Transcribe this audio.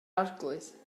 arglwydd